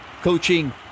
coaching